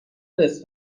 نصف